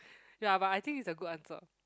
ya but I think it's a good answer